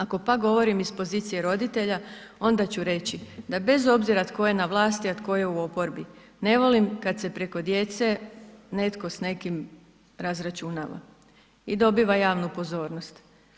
Ako pak govorim iz pozicije roditelja onda ću reći da bez obzira tko je na vlasti, a tko je u oporbi ne volim kad se preko djece netko s nekim razračunava i dobiva javnu pozornost.